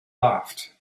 loved